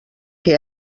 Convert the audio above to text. que